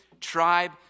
tribe